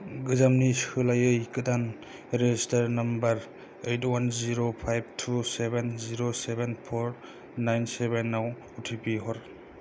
गोजामनि सोलायै गोदान रेजिस्टार नाम्बार ओइठ अवान जिर' फाइभ टु सेभेन जिर' सेभेन फ'र नाइन सेभेन आव अटिपि हर